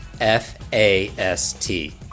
F-A-S-T